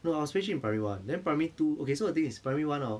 no I was 培群 in primary one then primary two okay so the thing is primary one hor